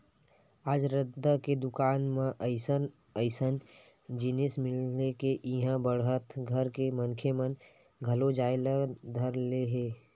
आज रद्दा के दुकान म अइसन अइसन जिनिस मिलथे के इहां बड़का घर के मनखे मन घलो जाए ल धर ले हे